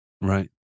Right